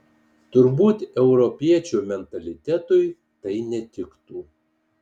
turbūt europiečio mentalitetui tai netiktų